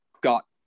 got